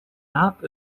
aap